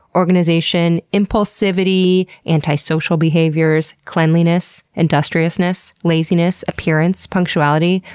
organization, impulsivity, anti-social behaviors, cleanliness, industriousness, laziness, appearance, punctuality,